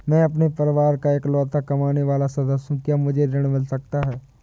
मैं अपने परिवार का इकलौता कमाने वाला सदस्य हूँ क्या मुझे ऋण मिल सकता है?